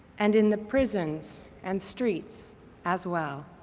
and in the prisons and streets as well.